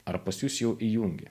ar pas jus jau įjungė